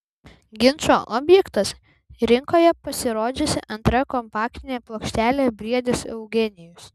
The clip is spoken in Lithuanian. ginčo objektas rinkoje pasirodžiusi antra kompaktinė plokštelė briedis eugenijus